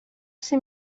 ser